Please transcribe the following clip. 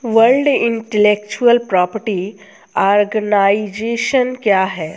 World intellectual property organisation क्या है?